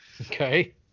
Okay